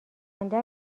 بنده